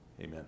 Amen